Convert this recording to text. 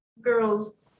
Girls